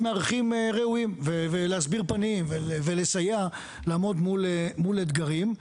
מארחים ראויים ולהסביר פנים ולסייע לעמוד מול אתגרים.